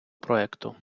проекту